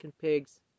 pigs